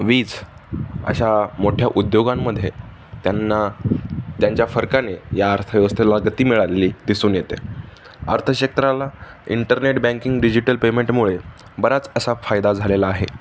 वीज अशा मोठ्या उद्योगांमध्ये त्यांना त्यांच्या फरकाने या अर्थव्यवस्थेला गती मिळाली दिसून येते अर्थक्षेत्राला इंटरनेट बँकिंग डिजिटल पेमेंटमुळे बराच असा फायदा झालेला आहे